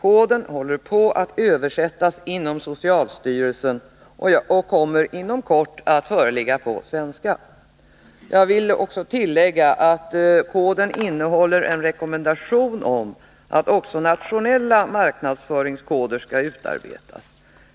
Koden håller på att översättas inom socialstyrelsen och kommer inom kort att föreligga på svenska. Jag vill tillägga att WHO-koden innehåller en rekommendation om att också nationella marknadsföringskoder skall utarbetas.